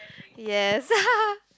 yes